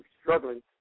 struggling